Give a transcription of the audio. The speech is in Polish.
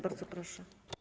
Bardzo proszę.